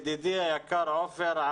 ידידי היקר עופר,